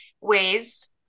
ways